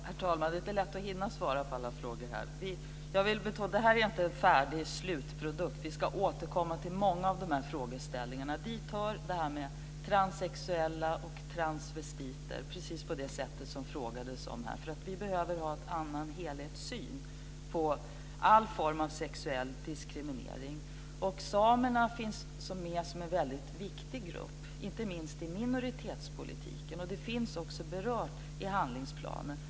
Herr talman! Det är inte lätt att hinna svara på alla frågor här. Jag vill betona att detta inte är en färdig slutprodukt. Vi ska återkomma till många av frågeställningarna. Dit hör frågan om transsexuella och transvestiter, precis på det sätt som det frågades om här. Vi behöver ha en annan helhetssyn på all form av sexuell diskriminering. Samerna finns med som en viktig grupp - inte minst i minoritetspolitiken. Det finns också berört i handlingsplanen.